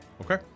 Okay